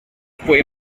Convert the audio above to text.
fue